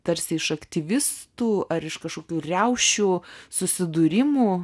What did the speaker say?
tarsi iš aktyvistų ar iš kažkokių riaušių susidūrimų